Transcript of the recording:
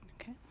Okay